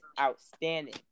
outstanding